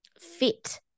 fit